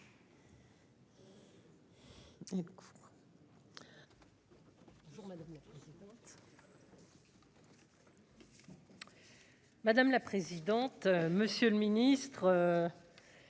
madame la présidente, monsieur le ministre,